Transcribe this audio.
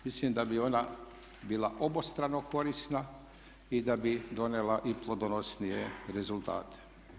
Mislim da bi ona bila obostrano korisna i da bi donijela i plodonosnije rezultate.